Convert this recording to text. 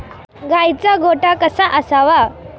गाईचा गोठा कसा असावा?